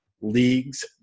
leagues